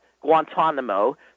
Guantanamo